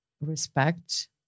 respect